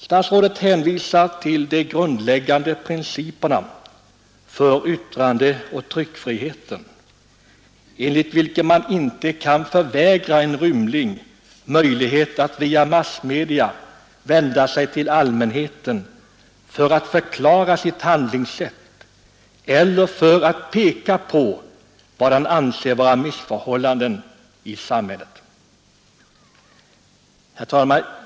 Statsrådet hänvisar till de grundläggande principerna för yttrandeoch tryckfriheten, enligt vilka man inte kan förvägra en rymling möjlighet att via massmedia vända sig till allmänheten för att förklara sitt handlingssätt eller för att peka på vad han anser vara missförhållanden i samhället. Herr talman!